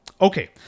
Okay